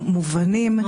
מובנים.